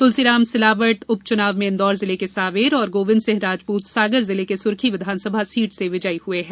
तुलसीराम सिलावट उप चुनाव में इंदौर जिले के सांवेर और गोविन्द सिंह राजपूत सागर जिले के सुरखी विधानसभा सीट से विजयी हुए हैं